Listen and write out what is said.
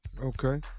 Okay